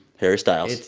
harry styles,